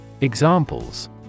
Examples